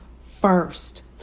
first